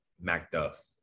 Macduff